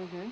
mmhmm